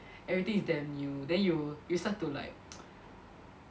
everything is damn new then you you start to like